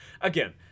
again